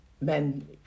men